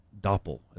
Doppel